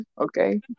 okay